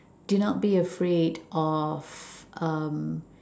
do not be afraid of um